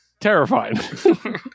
Terrifying